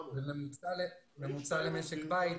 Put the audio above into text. זה ממוצע למשק בית